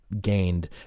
gained